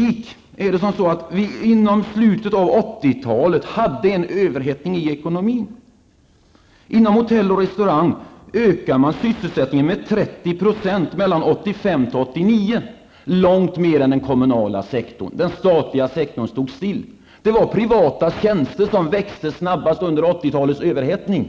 I slutet av 80-talet hade vi statistiskt sett en överhettning i ekonomin. Inom hotell och restaurangbranschen ökar man sysselsättningen med 30 % mellan 1985--1989 -- långt mer än i den kommunala sektorn. Den statliga sektorn stod still. Privata tjänster växte snabbast under 80-talets överhettning.